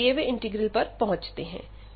अब हम दिए हुए इंटीग्रल पर पहुंचते हैं